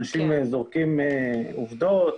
אנשים זורקים עובדות,